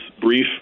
brief